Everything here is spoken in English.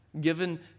given